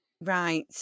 Right